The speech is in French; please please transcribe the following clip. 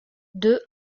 deux